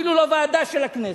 אפילו לא ועדה של הכנסת,